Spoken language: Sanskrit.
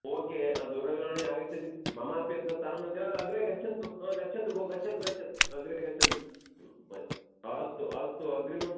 ओके दूरवाणी आगच्छति ममापि अत्र स्थानं नास्ति अग्रे गच्छन्तु हा गच्छतु भोः गच्छतु गच्छतु अग्रे गच्छन्तु अस्तु अस्तु अग्रिम प